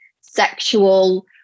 sexual